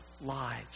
lives